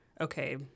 okay